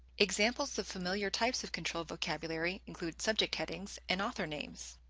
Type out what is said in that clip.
examples of familiar types of controlled vocabulary include subject headings and author names.